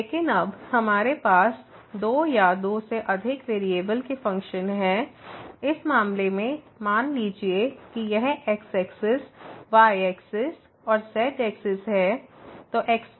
लेकिन अब हमारे पास दो या दो से अधिक वेरिएबल के फ़ंक्शन हैं इस मामले में मान लीजिए कि यह x एक्सिस y एक्सिस और z एक्सिस है